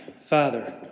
Father